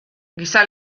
giza